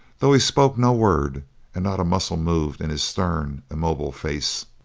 though he spoke no word and not a muscle moved in his stern, immobile face.